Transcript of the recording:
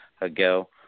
ago